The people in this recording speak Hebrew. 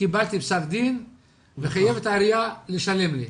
קיבלתי פסק דין וחייב את העירייה לשלם לי.